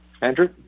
Andrew